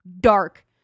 dark